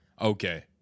Okay